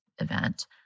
event